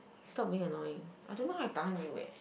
stop being annoying I don't know how I tahan you eh